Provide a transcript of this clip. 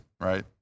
right